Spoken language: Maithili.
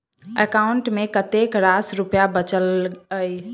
एकाउंट मे कतेक रास रुपया बचल एई